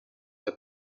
due